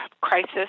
crisis